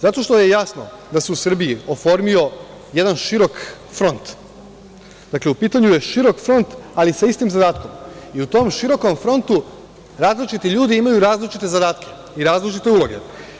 Zato što je jasno da se u Srbiji oformio jedan širok front, dakle, u pitanju je širok front, ali sa istim zadatkom, i u tom širokom frontu različiti ljudi imaju različite zadatke i različite uloge.